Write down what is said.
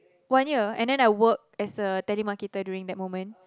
one year and then I worked as a telemarketer during that moment